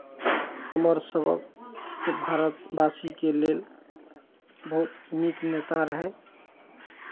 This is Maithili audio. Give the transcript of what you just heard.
हमर सभक भारतवासीके लेल बहुत नीक नेता रहय